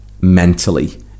mentally